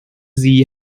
sie